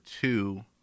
two